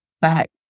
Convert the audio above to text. back